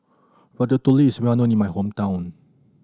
ratatouille is well known in my hometown